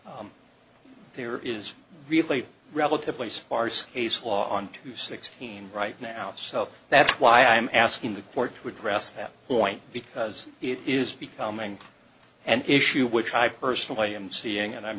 and there is really relatively sparse case law on to sixteen right now so that's why i'm asking the court to address that point because it is becoming an issue which i personally am seeing and i'm